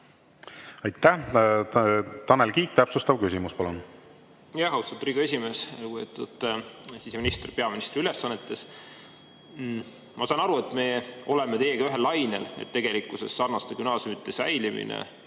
Aitäh! Tanel Kiik, täpsustav küsimus, palun! Austatud Riigikogu esimees! Lugupeetud siseminister peaministri ülesannetes! Ma saan aru, et me oleme teiega ühel lainel, et tegelikkuses sarnaste gümnaasiumide säilimine